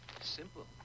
Simple